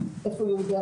איפה יהודי גרמניה?